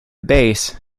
base